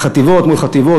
חטיבות מול חטיבות,